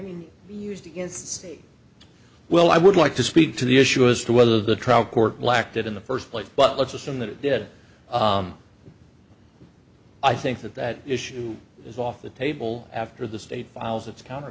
y used against say well i would like to speak to the issue as to whether the trial court lacked it in the first place but let's assume that it did i think that that issue is off the table after the state files its counter